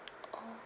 oh